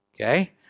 Okay